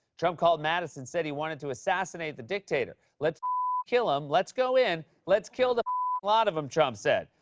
trump called mattis and said he wanted to assassinate the dictator. let's kill him. let's go in. let's kill the lot of them, trump said.